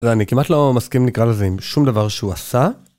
אז אני כמעט לא מסכים נקרא לזה עם שום דבר שהוא עשה.